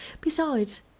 Besides